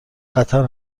قطر